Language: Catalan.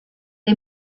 que